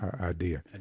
idea